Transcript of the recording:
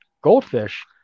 goldfish